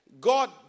God